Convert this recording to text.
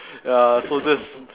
ya so that's